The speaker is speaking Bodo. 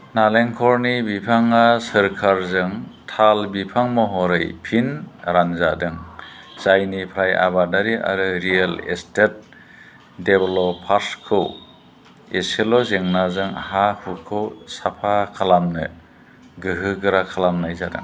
नारेंखलनि बिफाङा सोरखारजों ताल बिफां महरै फिन रानजादों जायनिफ्राय आबादारि आरो रियेल एस्टेट डेभेल'पार्सखौ एसेल' जेंनाजों हा हुखौ साफा खालामनो गोहोगोरा खालामनाय जादों